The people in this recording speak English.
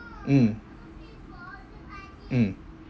mm mm